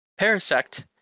Parasect